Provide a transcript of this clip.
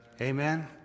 amen